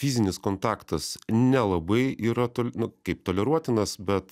fizinis kontaktas nelabai yra tol na kaip toleruotinas bet